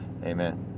amen